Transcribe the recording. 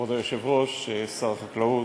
כבוד היושב-ראש, שר החקלאות,